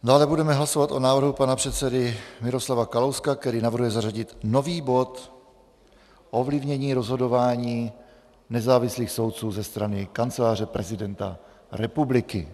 Dále budeme hlasovat o návrhu pana předsedy Miroslava Kalouska, který navrhuje zařadit nový bod ovlivnění rozhodování nezávislých soudců ze strany Kanceláře prezidenta republiky.